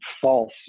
false